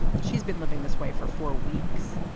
she's been living this way for four weeks.